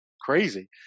crazy